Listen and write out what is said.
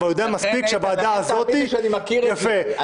אתה יודע מספיק טוב שהוועדה הזאת --- אני מכיר היטב --- יפה.